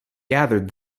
gathered